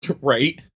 right